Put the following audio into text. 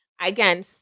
Again